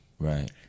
Right